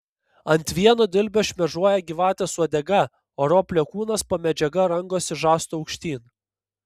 ant vieno dilbio šmėžuoja gyvatės uodega o roplio kūnas po medžiaga rangosi žastu aukštyn